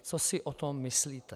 Co si o tom myslíte?